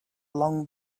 long